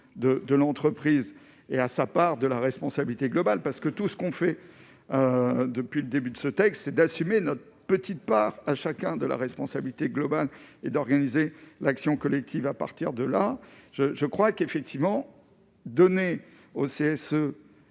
de l'entreprise et à sa part de la responsabilité globale, parce que tout ce qu'on fait depuis le début de ce texte d'assumer notre petite part à chacun de la responsabilité globale et d'organiser l'action collective à partir de là je je crois qu'effectivement donné au CSE,